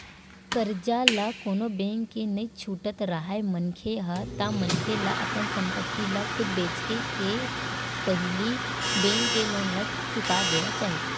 करजा ल कोनो बेंक के नइ छुटत राहय मनखे ह ता मनखे ला अपन संपत्ति ल खुद बेंचके के पहिली बेंक के लोन ला चुका देना चाही